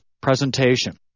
presentation